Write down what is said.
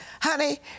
honey